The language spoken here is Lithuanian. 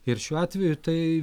ir šiuo atveju tai